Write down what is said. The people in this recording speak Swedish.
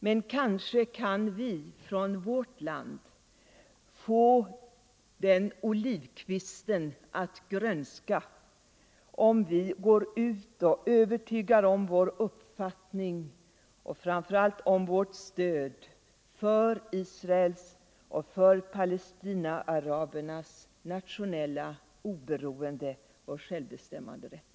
Men kanske kan vi från vårt land få den olivkvisten att grönska om vi går ut och övertygar om vår uppfattning och vårt stöd för Israels och palestinaarabernas nationella oberoende och självbestämmanderätt.